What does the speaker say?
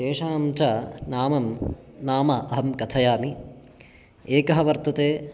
तेषां च नाम नाम अहं कथयामि एकः वर्तते